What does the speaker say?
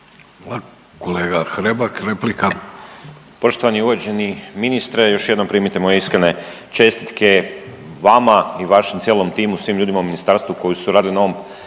Kolega Hrebak, replika.